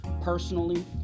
Personally